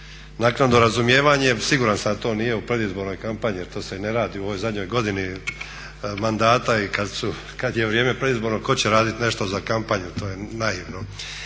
naknadno razumijevanje. Siguran sam da to nije u predizbornoj kampanji jer to se i ne radi u ovoj zadnjoj godini mandata i kad je vrijeme predizborno tko će raditi nešto za kampanju. To je naivno.